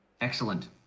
Excellent